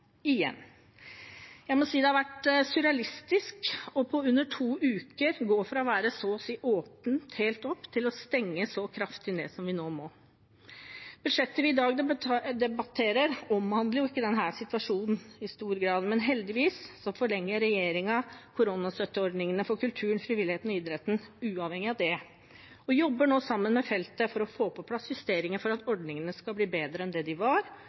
Jeg må si det har vært surrealistisk på under to uker å gå fra så å si å ha åpnet helt opp til å stenge så kraftig ned som vi nå må. Budsjettet vi i dag debatterer, omhandler jo ikke denne situasjonen i stor grad, men heldigvis forlenger regjeringen koronastøtteordningene for kulturen, frivilligheten og idretten uavhengig av det og jobber nå sammen med feltet for å få på plass justeringer for at ordningene skal bli bedre enn de var,